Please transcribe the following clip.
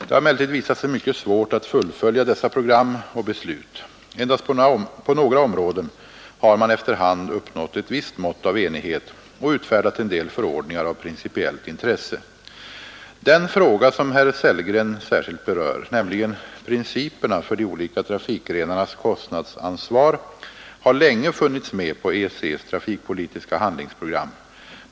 Det har emellertid visat sig mycket svårt att fullfölja dessa program och beslut. Endast på några områden har man efter hand uppnått ett visst mått av enighet och utfärdat en del förordningar av principiellt intresse. Den fråga som herr Sellgren särskilt berör, nämligen principerna för de olika trafikgrenarnas konstnadsansvar, har länge funnits med på EEC:s trafikpolitiska handlingsprogram.